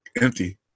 empty